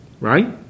right